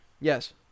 Yes